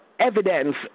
evidence